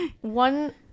One